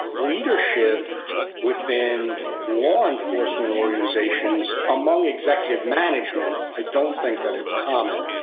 leadership within law enforcement organizations, among executive management, i don't think that it's common.